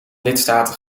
lidstaten